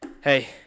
Hey